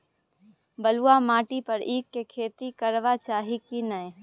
बलुआ माटी पर ईख के खेती करबा चाही की नय?